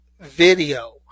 video